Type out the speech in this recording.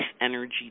energy